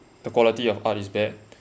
the quality of art is bad